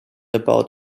about